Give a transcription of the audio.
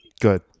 Good